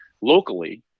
locally